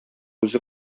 үзе